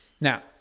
Now